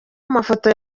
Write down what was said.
amafoto